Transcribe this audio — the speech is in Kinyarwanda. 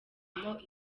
imirimo